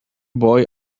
boy